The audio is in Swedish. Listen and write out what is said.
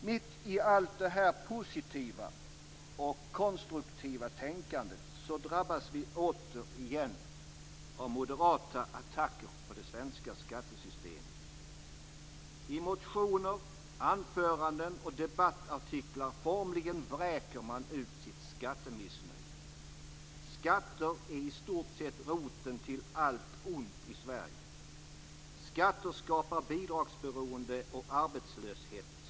Mitt i allt detta positiva och konstruktiva tänkande drabbas vi så återigen av moderata attacker på det svenska skattesystemet. I motioner, anföranden och debattartiklar formligen vräker man ut sitt skattemissnöje. Skatter är i stort sett roten till allt ont i Sverige. Skatter skapar bidragsberoende och arbetslöshet.